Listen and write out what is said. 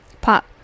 Pop